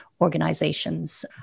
Organizations